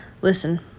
listen